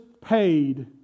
paid